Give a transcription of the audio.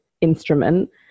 instrument